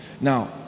now